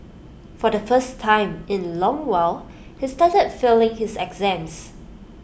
for the first time in A long while he started failing his exams